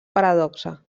paradoxa